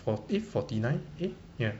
fort~ eh forty nine eh ya